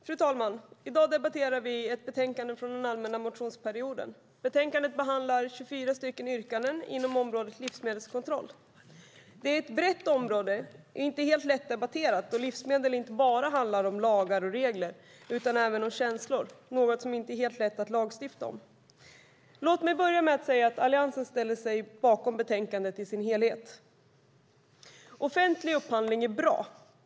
Fru talman! I dag debatterar vi ett betänkande med motioner från allmänna motionstiden. I betänkandet behandlas 24 yrkanden inom området livsmedelskontroll. Det är ett brett område och inte helt lättdebatterat då livsmedel inte bara handlar om lagar och regler utan även om känslor, något som inte är helt lätt att lagstifta om. Låt mig börja med att säga att Alliansen ställer sig bakom utskottets förslag i betänkandet i dess helhet. Offentlig upphandling är bra.